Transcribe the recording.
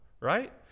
right